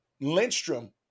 Lindstrom